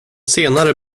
senare